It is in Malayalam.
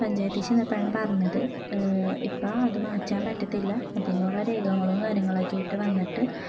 പഞ്ചായത്തിൽ ചെന്നപ്പോഴാണ് പറഞ്ഞത് ഇപ്പം അതു മാറ്റാൻ പറ്റത്തില്ല അതിനുള്ള രേഖകളും കാര്യങ്ങളൊക്കെ ആയിട്ട് വന്നിട്ട്